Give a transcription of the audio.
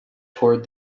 toward